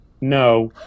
No